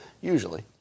usually